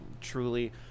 truly